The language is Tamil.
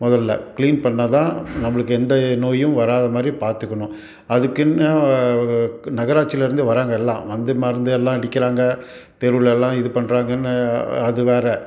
முதல்ல க்ளீன் பண்ணிணா தான் நம்மளுக்கு எந்த நோயும் வராத மாதிரி பார்த்துக்கணும் அதுக்குன்னு நகராட்சியிலிருந்தே வராங்க எல்லாம் வந்து மருந்து எல்லாம் அடிக்கிறாங்க தெருவில் எல்லாம் இது பண்ணுறாங்கன்னு அது வேறு